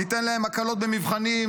ניתן להם הקלות במבחנים,